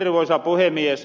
arvoisa puhemies